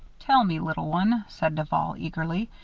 tell me, little one, said duval, eagerly,